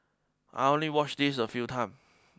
I only watch this a few time